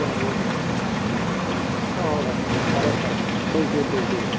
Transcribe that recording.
ꯌꯥꯏꯌꯦ ꯍꯣꯏ ꯍꯣꯏ ꯐꯔꯦ ꯐꯔꯦ ꯊꯦꯡꯛ ꯌꯨ ꯊꯦꯡꯛ ꯌꯨ